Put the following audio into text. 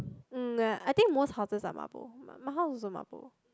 mm ya I think most houses are marble my house also marble